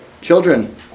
Children